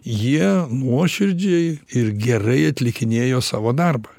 jie nuoširdžiai ir gerai atlikinėjo savo darbą